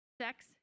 sex